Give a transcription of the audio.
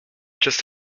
just